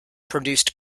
produced